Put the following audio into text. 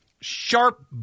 sharp